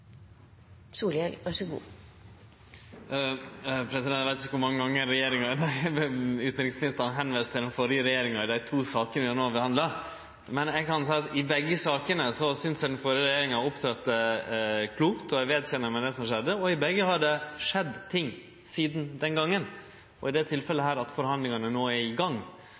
Eg veit ikkje kor mange gonger regjeringa eller utanriksministeren har vist til den førre regjeringa i dei to sakene vi no har behandla, men eg kan seie at i begge sakene synest eg den førre regjeringa opptredde klokt, og eg vedkjenner meg det som skjedde. I begge sakene har det skjedd ting sidan den gongen, og i dette tilfellet at forhandlingane no er i gang.